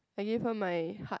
I give her my heart